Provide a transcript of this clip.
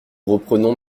reprenons